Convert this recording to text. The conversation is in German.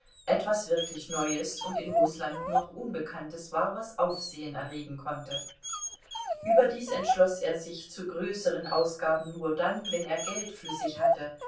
etwas wirklich neues und in rußland noch unbekanntes war was aufsehen erregen konnte überdies entschloß er sich zu größeren ausgaben nur dann wenn er geld flüssig hatte